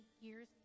years